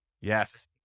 Yes